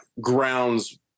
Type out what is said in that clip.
grounds